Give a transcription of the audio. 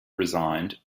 resigned